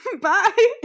Bye